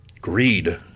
greed